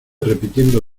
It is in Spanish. repitiendo